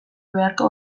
beharko